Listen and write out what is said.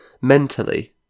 mentally